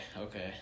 Okay